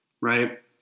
right